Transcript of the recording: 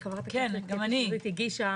הזה,